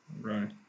Right